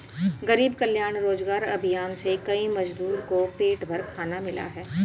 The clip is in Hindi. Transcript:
गरीब कल्याण रोजगार अभियान से कई मजदूर को पेट भर खाना मिला है